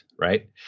right